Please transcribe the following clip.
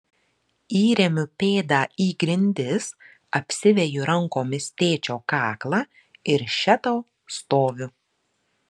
įremiu pėdą į grindis apsiveju rankomis tėčio kaklą ir še tau stoviu